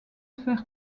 fer